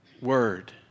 word